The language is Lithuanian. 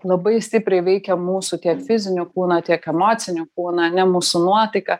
labai stipriai veikia mūsų tiek fizinį kūną tiek emocinį kūną ane mūsų nuotaiką